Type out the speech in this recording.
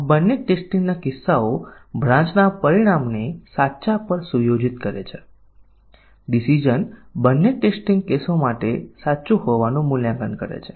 આ લક્ષ્ય નિવેદન શાખા શરત બહુવિધ શરતો કે જે બધા સંભવિત સંયોજનો છે પ્રોગ્રામ પાથ છે કે કેમ તે પ્રોગ્રામના પાથને આવરી લેવામાં આવ્યા છે ડેટા પરાધીનતાને આવરી લેવામાં આવે છે કે નહીં